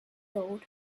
tour